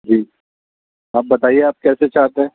جی آپ بتائیے آپ کیسے چاہتے ہیں